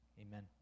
Amen